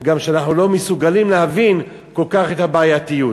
גם כשאנחנו לא מסוגלים להבין כל כך את הבעייתיות.